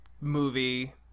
movie